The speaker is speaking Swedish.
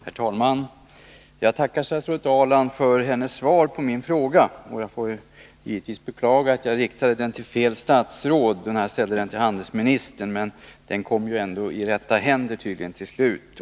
Herr talman! Jag tackar statsrådet Ahrland för hennes svar på min fråga. Jag beklagar givetvis att jag riktade den till fel statsråd när jag ställde den till handelsministern. Men den kom tydligen till slut ändå i rätta händer.